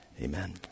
amen